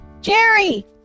Jerry